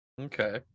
okay